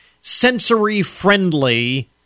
sensory-friendly